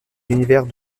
l’univers